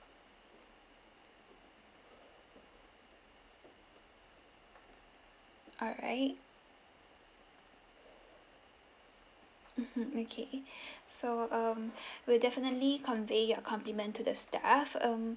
alright mmhmm okay so um we'll definitely convey your compliment to the staff um